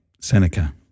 Seneca